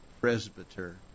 presbyter